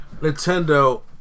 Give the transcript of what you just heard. Nintendo